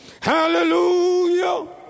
hallelujah